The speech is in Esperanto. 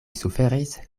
suferis